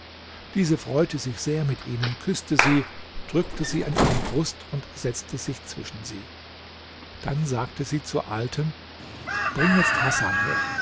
diese freute sich sehr mit ihnen küßte sie drückte sie an ihre brust und setzte sich zwischen sie dann sagte sie zur alten bring jetzt hasan her